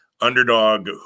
underdog